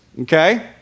okay